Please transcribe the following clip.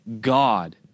God